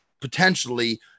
potentially